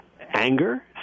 anger